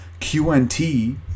qnt